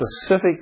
specific